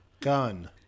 Gun